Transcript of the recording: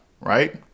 Right